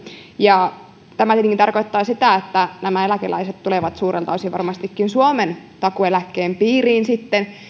tämä tietenkin tarkoittaa sitä että nämä eläkeläiset tulevat sitten suurelta osin varmastikin suomen takuueläkkeen piiriin